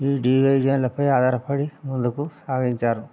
ఈ డివైజన్లపై ఆధారపడి ముందుకు సాగించారు